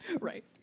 Right